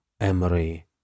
Emery